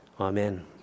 Amen